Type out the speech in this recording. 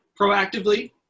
proactively